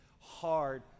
hard